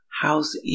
house